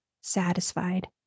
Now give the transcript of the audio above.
satisfied